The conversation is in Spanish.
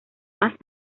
más